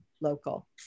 local